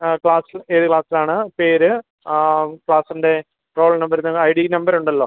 ആ ക്ലാസ് ഏത് ക്ലാസിലാണ് പേര് ആ ക്ലാസിൻ്റെ റോൾ നമ്പരിതാണ് ഐ ഡി നമ്പരുണ്ടല്ലോ